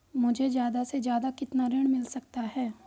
मुझे ज्यादा से ज्यादा कितना ऋण मिल सकता है?